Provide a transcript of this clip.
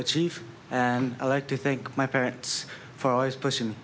achieve and i like to think my parents far is pushing